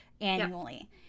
annually